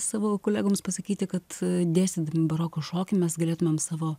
savo kolegoms pasakyti kad dėstydami baroko šokį mes galėtumėm savo